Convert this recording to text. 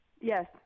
Yes